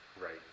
right